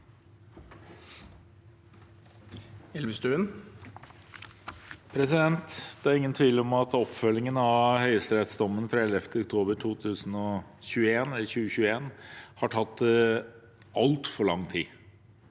Det er ingen tvil om at oppfølgingen av høyesterettsdommen fra 11. oktober 2021 har tatt altfor lang tid,